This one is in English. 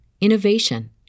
innovation